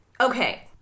Okay